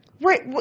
Right